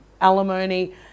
alimony